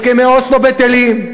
הסכמי אוסלו בטלים.